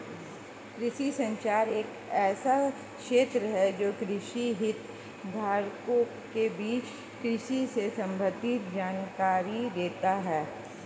कृषि संचार एक ऐसा क्षेत्र है जो कृषि हितधारकों के बीच कृषि से संबंधित जानकारी देता है